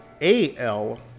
A-L